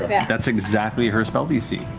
but matt that's exactly her spell dc,